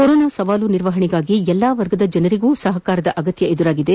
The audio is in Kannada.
ಕೊರೊನಾ ಸವಾಲು ನಿರ್ವಹಣೆಗಾಗಿ ಎಲ್ಲಾ ವರ್ಗದ ಜನರಿಗೂ ಸಹಕಾರದ ಅಗತ್ಯ ಎದುರಾಗಿದೆ